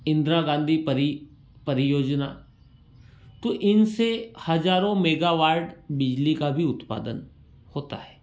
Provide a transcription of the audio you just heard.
इंद्रा गाँधी परि परियोजना तो इनसे हज़ारों मेगा वार्ड बिजली का भी उत्पादन होता है